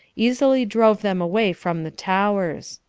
easily drove them away from the towers.